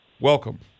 welcome